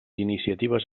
iniciatives